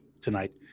tonight